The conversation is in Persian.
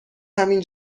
همین